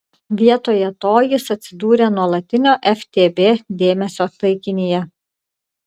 vietoje to jis atsidūrė nuolatinio ftb dėmesio taikinyje